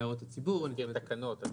להחיל הוראת קבע בלי שלמעשה נעשתה איזושהי